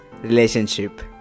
relationship